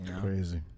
Crazy